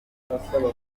undi